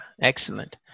excellent